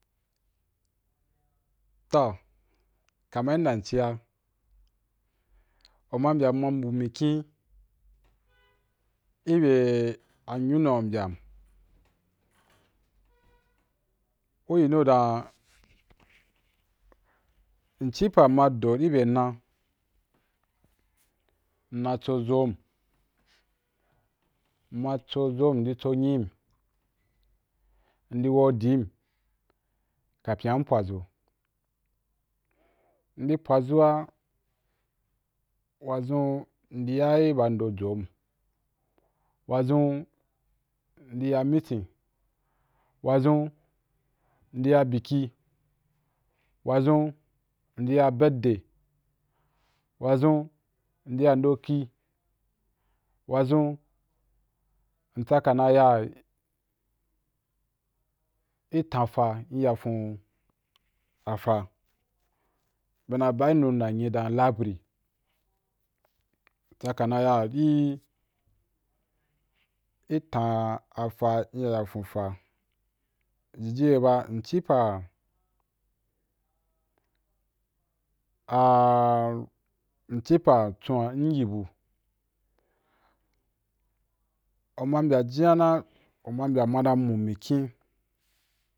Toh kama inda mciya, uman mbya mma mbu mukhi ibeh a nyunu’a ubya uyinu dan in ci pa ma do ibe na, nna tso zom, nma tso zom, ndi tso nyim, ndi wodin kapyi wa npwazu ndi pwazu’a wa zun ndi ya aba’ndo jom wa zun nde ya meeting wa zun ndi ya biki, wa zun nde ys birthday, wa zun nde ya in’ndo ki wazun ntsa ka na ya itan fa nya foa fa fa, be na ba’a inu nayim dan libry ntsa ka na ya i, itan afa nyan nya fo fa, jiji ye ba i cin pa icin ba chon’n iyin bu, uma mbya jinyana, uma mbya ima na mbu mikhi